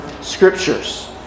Scriptures